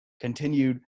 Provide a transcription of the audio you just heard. continued